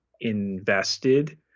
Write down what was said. invested